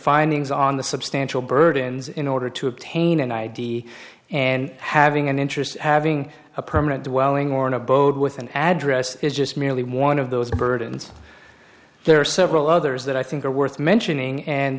findings on the substantial burdens in order to obtain an id and having an interest having a permanent dwelling or an abode with an address is just merely one of those burdens there are several others that i think are worth